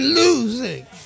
losing